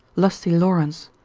lusty laurence,